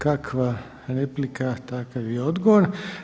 Kakva replika takav i odgovor.